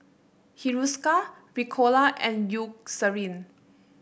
Hiruscar Ricola and Eucerin